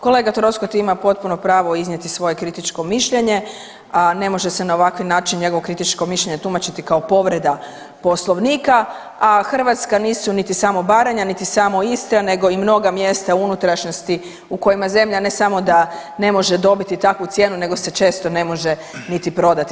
Kolega Troskot ima potpuno pravo iznijeti svoje kritičko mišljenje, a ne može se na ovakav način njegovo kritičko mišljenje tumačiti kao povreda Poslovnika, a Hrvatska nisu niti samo Baranja, niti samo Istra, nego i mnoga mjesta u unutrašnjosti u kojima zemlja ne samo da ne može dobiti takvu cijenu, nego se često ne može niti prodati.